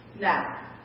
Now